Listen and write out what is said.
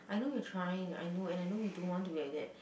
I know you're trying I know and I know you don't want to be like that